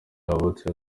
yavutse